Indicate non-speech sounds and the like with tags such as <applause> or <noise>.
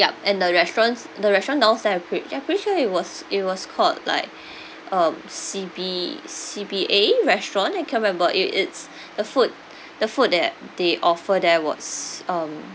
and the restaurants the restaurant downstairs are pre~ ya pretty sure it was it was called like <breath> um C B C B A restaurant I can't remember it is <breath> the food <breath> the food that they offered there was um